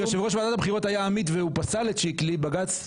יושב ראש ועדת הבחירות היה אמיץ והוא פסל את שקלי אבל בג"צ לא.